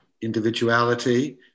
individuality